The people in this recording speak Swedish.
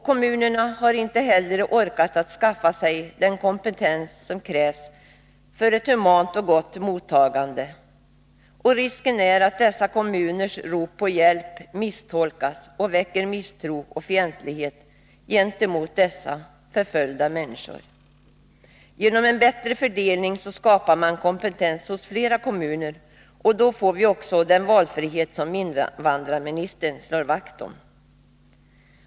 Kommunerna har inte heller orkat skaffa sig den kompetens som krävs för ett humant och gott mottagande. Risken är att kommunernas rop på hjälp misstolkas och väcker misstro och fientlighet gentemot dessa förföljda människor. Genom en bättre fördelning skapar man kompetens hos flera kommuner, och då får vi också den valfrihet som invandrarministern slår vakt om.